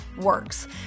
works